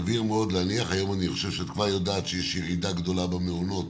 ואני חושב שאת יודעת שכבר היום יש ירידה גדולה במעונות